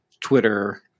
Twitter